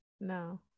No